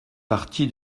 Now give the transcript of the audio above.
parti